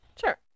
sure